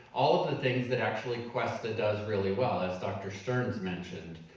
all of the things that actually cuesta does really well, as dr. stearns mentioned.